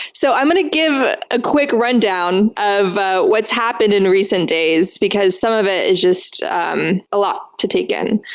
so i'm gonna give a quick run-down of what's happened in recent days, because some of it is just um a lot to take in.